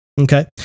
Okay